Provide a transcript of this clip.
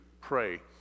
pray